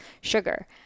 sugar